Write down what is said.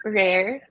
rare